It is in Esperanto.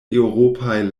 eŭropaj